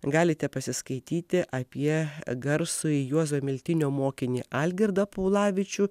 galite pasiskaityti apie garsųjį juozo miltinio mokinį algirdą paulavičių